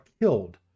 killed